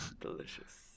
delicious